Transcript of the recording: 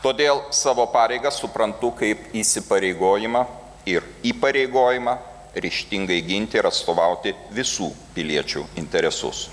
todėl savo pareigas suprantu kaip įsipareigojimą ir įpareigojimą ryžtingai ginti ir atstovauti visų piliečių interesus